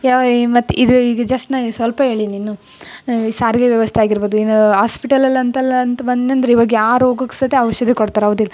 ಯಾವ ಈ ಮತ್ತೆ ಇದು ಈಗ ಜಸ್ಟ್ ನಾ ಸ್ವಲ್ಪ ಹೇಳಿನಿ ಇನ್ನು ಈ ಸಾರಿಗೆ ವ್ಯವಸ್ಥೆ ಆಗಿರ್ಬೋದು ಇನ್ನು ಹಾಸ್ಪಿಟಲಲ್ ಅಂತೆಲ್ಲ ಅಂತ ಬನ್ಯಂದ್ರೆ ಇವಾಗ ಯಾವ ರೋಗಕ್ಕೆ ಸಹಿತ ಔಷಧಿ ಕೊಡ್ತಾರೆ ಹೌದಿಲ್